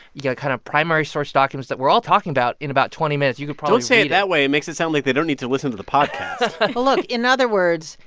you know, kind of primary source documents that we're all talking about in about twenty minutes. you could probably. don't say it that way. it makes it sound like they don't need to listen to the podcast look. in other words,